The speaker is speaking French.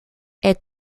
est